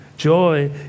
Joy